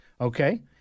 Okay